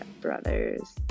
brothers